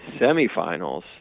semifinals